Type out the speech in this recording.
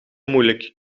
moeilijk